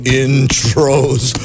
intros